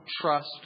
trust